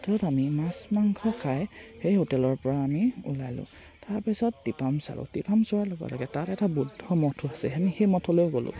হোটেলত আমি মাছ মাংস খাই সেই হোটেলৰ পৰা আমি ওলালো তাৰপিছত আমি টিপাম চালোঁ টিপাম চোৱাৰ লগে লগে তাত এটা বুদ্ধ মঠো আছে আমি সেই মঠলৈ গ'লোঁ